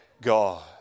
God